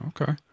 Okay